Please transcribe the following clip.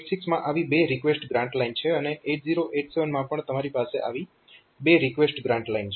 તો 8086 માં આવી બે રિકવેસ્ટ ગ્રાન્ટ લાઇન છે અને 8087 માં પણ તમારી પાસે આવી બે રિકવેસ્ટ ગ્રાન્ટ લાઇન છે